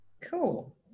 cool